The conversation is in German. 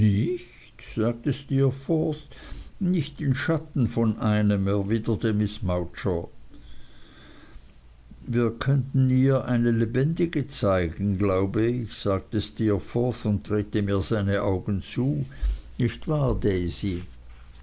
nicht sagte steerforth nicht den schatten von einem erwiderte miß mowcher wir könnten ihr eine lebendige zeigen glaube ich sagte steerforth und drehte mir seine augen zu nicht wahr